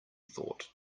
thought